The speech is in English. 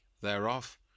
thereof